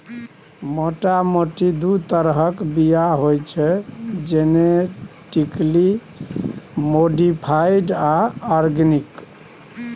मोटा मोटी दु तरहक बीया होइ छै जेनेटिकली मोडीफाइड आ आर्गेनिक